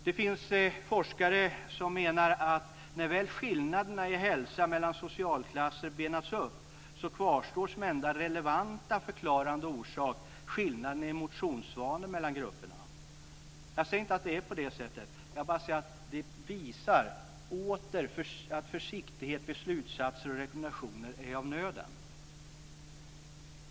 Det finns forskare som menar att när väl skillnaderna i hälsa mellan socialklasser benas upp kvarstår som enda relevanta förklarande orsak skillnaderna i motionsvanor mellan grupperna. Jag säger inte att det är på det sättet. Jag menar bara att det återigen visar att försiktighet med slutsatser och rekommendationer är av nöden.